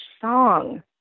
song